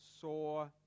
saw